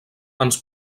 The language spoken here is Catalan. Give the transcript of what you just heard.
ens